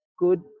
good